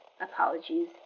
Apologies